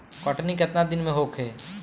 कटनी केतना दिन में होखे?